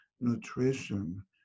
nutrition